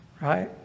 Right